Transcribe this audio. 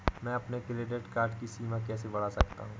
मैं अपने credit card की सीमा कैसे बढ़ा सकता हूँ?